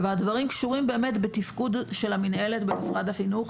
הדברים קשורים בתפקוד של המינהלת במשרד החינוך,